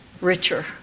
richer